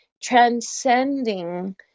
transcending